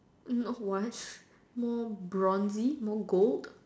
more what more bronzy more gold